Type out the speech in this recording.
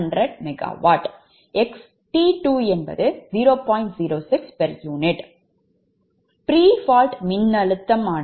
முன் pre fault மின்னழுத்தம் 1